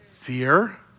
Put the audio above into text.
Fear